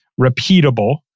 repeatable